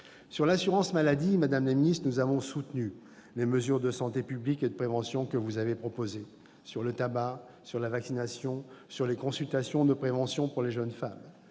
de l'assurance maladie, madame la ministre, nous avons soutenu les mesures de santé publique et de prévention que vous avez proposées sur le tabac, la vaccination, les consultations de prévention pour les jeunes femmes.